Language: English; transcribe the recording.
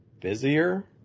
busier